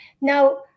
Now